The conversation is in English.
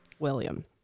William